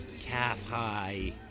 calf-high